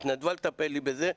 היא התנדבה לטפל לי בזה,